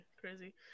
crazy